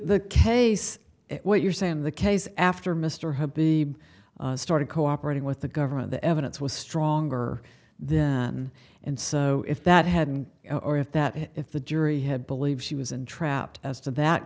the case what you're saying the case after mr had be started cooperating with the government the evidence was stronger then and so if that hadn't or if that if the jury had believed she was entrapped as to that